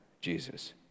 Jesus